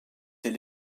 elle